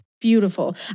Beautiful